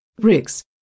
Bricks